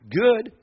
good